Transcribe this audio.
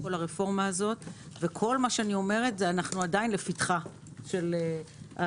כל מה שאני אומרת, שאנחנו עדיין לפתחה של הרפורמה.